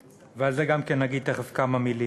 וגם על זה אגיד תכף כמה מילים.